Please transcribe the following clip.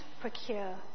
procure